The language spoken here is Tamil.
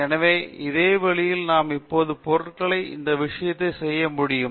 எனவே அதே வழியில் நாம் இப்போது பொருட்களை இந்த விஷயத்தை செய்ய முடியும்